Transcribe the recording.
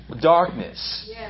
darkness